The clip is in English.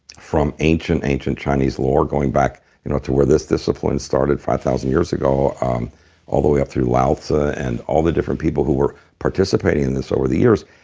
from ancient ancient chinese lore going back you know to where this discipline started five thousand years ago all the way up through laosa and all the different people who were participating in this over the years.